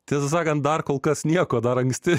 tiesa sakant dar kol kas nieko dar anksti